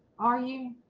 are you?